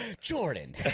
Jordan